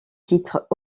titre